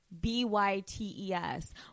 B-Y-T-E-S